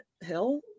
hill